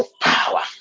power